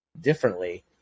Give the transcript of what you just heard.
differently